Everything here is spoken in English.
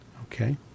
Okay